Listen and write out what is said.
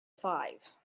five